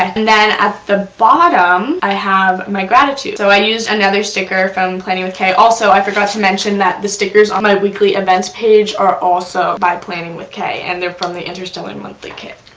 and then, at the bottom, i have my gratitude. so i used another sticker from planning with kay. also, i forgot to mention that the stickers on my weekly events page are also by planning with kay. and they're from the interstellar monthly kit.